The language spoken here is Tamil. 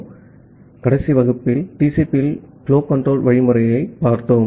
ஆகவே கடைசி வகுப்பில் TCP யில் புலோ கன்ட்ரோல் புரோட்டோகால்களைப் பார்த்தோம்